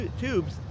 tubes